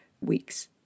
week's